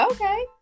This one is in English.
Okay